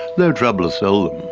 no trouble to sell them,